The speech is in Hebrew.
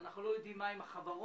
אנחנו לא יודעים מה עם החברות,